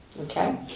Okay